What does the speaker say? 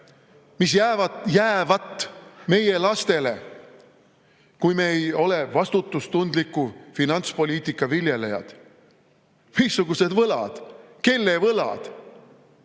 mis jäävat meie lastele, kui me ei ole vastutustundliku finantspoliitika viljelejad? Missugused võlad? Kelle võlad?